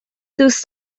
دوست